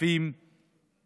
הכספים 2003 ו-2004)